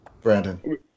Brandon